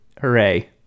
Hooray